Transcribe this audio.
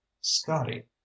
scotty